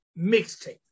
Mixtape